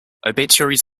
obituaries